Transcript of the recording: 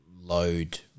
load